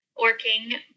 working